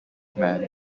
man